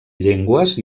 llengües